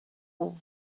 will